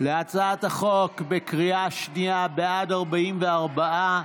להצעת החוק בקריאה שנייה, בעד, 44,